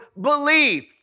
believe